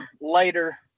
later